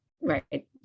right